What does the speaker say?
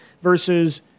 versus